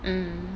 um